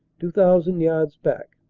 two thousand yards back,